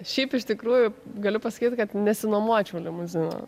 šiaip iš tikrųjų galiu pasakyi kad neišsinuomočiau limuzino